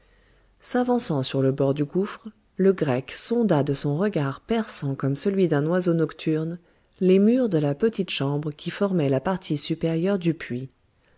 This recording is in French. s'avançant sur le bord du gouffre le grec sonda de son regard perçant comme celui d'un oiseau nocturne les murs de la petite chambre qui formait la partie supérieure du puits